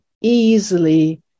easily